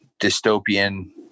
dystopian